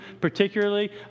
particularly